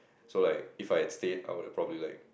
so like if I've stayed I would have probably like